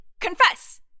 confess